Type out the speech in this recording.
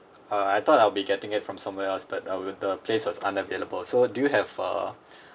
uh I thought I'll be getting it from somewhere else but uh with the place was unavailable so uh do you have uh